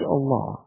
Allah